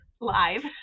live